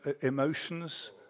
emotions